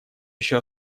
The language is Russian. еще